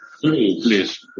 Please